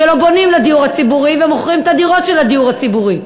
שלא בונים לדיור הציבורי ושמוכרים את הדירות של הדיור הציבורי.